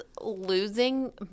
losing